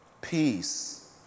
peace